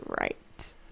right